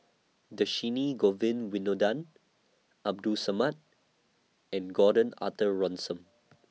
Dhershini Govin Winodan Abdul Samad and Gordon Arthur Ransome